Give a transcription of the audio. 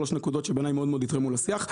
שלוש נקודות שבעיניי מאוד מאוד יתרמו לשיח.